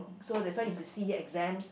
so that's why you could see exams